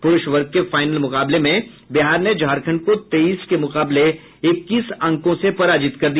पुरूष वर्ग के फाइनल मुकाबले में बिहार ने झारखंड को तेईस के मुकाबले इक्कीस अंकों से पराजित कर दिया